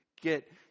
get